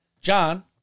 John